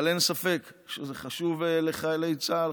אבל אין ספק שזה חשוב לחיילי צה"ל,